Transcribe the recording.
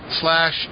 slash